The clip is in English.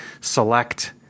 select